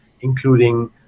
including